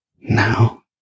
Now